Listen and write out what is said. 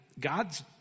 God's